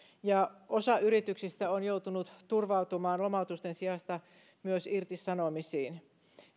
ja osa yrityksistä on joutunut turvautumaan lomautusten sijasta myös irtisanomisiin